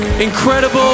Incredible